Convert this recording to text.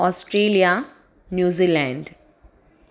Australia New Zealand